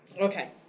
Okay